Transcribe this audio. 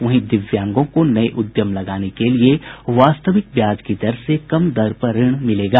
वहीं दिव्यांगों को नये उद्यम लगाने के लिये वास्तविक ब्याज की दर से कम दर पर ऋण मिलेगा